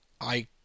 I